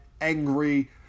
angry